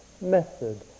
method